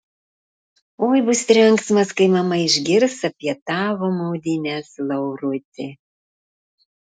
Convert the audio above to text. oi bus trenksmas kai mama išgirs apie tavo maudynes lauruti